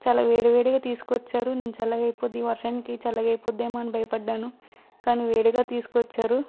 చాలా వేడి వేడిగా తీసుకొచ్చారు నేను చల్లగా అయిపోద్ది వర్షానికి చల్లగా అయిపోతుందేమో అని భయపడ్డాను కానీ వేడిగా తీసుకొచ్చారు